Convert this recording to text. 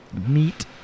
meat